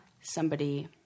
somebody-